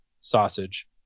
sausage